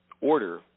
order